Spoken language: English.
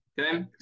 Okay